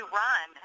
run